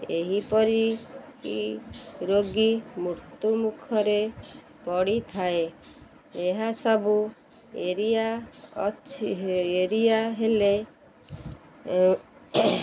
ଏହିପରି କି ରୋଗୀ ମୃତ୍ୟୁମୁଖରେ ପଡ଼ିଥାଏ ଏହାସବୁ ଏରିଆ ଏରିଆ ହେଲେ